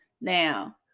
Now